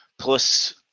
plus